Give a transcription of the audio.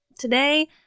Today